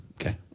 Okay